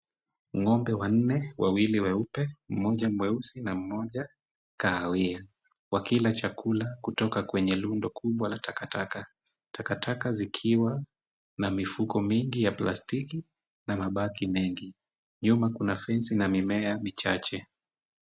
Ng'ombe wanne wawili weupe, mmoja mweusi na mmoja kahawia wakila chakula kutoka kwenye rundo kubwa la takataka. Takataka zikiwa na mifuko mingi ya plastiki na mabaki mengi. Nyuma kuna fensi na mimea michache.